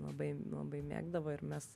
labai labai mėgdavo ir mes